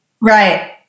Right